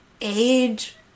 age